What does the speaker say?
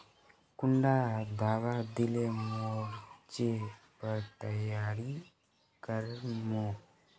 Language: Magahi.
कुंडा दाबा दिले मोर्चे पर तैयारी कर मो?